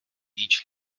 each